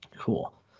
Cool